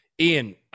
Ian